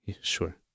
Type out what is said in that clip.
Sure